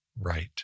Right